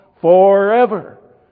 Forever